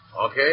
Okay